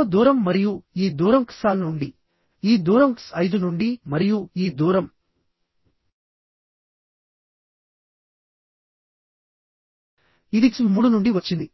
అవ్వకపోవచ్చు